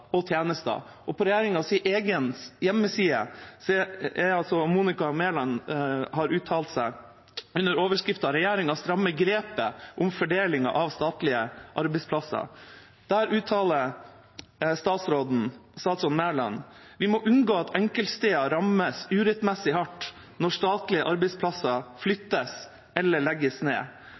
og tjenester. På regjeringas egen hjemmeside har Monica Mæland uttalt seg under overskriften «Regjeringen strammer grepet om fordelingen av statlige arbeidsplasser». Der uttaler statsråd Mæland: «Vi må unngå at enkeltsteder rammes urettmessig hard når statlige arbeidsplasser flyttes eller legges ned.»